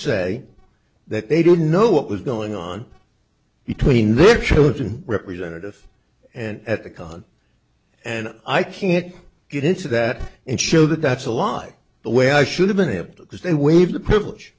say that they didn't know what was going on between their children representative and at the con and i can't get into that and show that that's a lie the way i should have been it because they waived the privilege